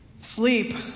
Sleep